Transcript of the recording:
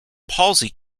palsy